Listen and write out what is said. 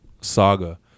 saga